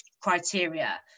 criteria